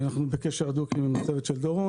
אנחנו בקשר הדוק עם הצוות של דורון